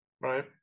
right